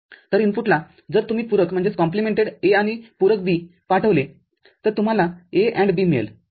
तर इनपुटला जर तुम्ही पूरक A आणि पूरक B पाठविलेतर तुम्हाला A AND B मिळेल